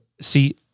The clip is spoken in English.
See